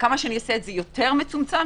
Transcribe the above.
כמה שאעשה את זה יותר מצומצם,